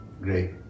great